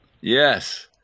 Yes